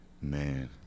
Man